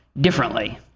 differently